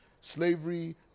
slavery